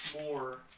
more